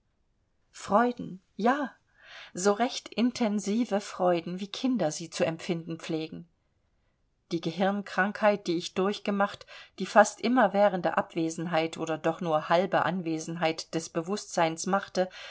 freuden ja so recht intensive freuden wie kinder sie zu empfinden pflegen die gehirnkrankheit die ich durchgemacht die fast immerwährende abwesenheit oder doch nur halbe anwesenheit des bewußtseins machte